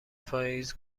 پاییز